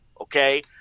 okay